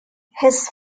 his